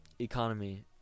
economy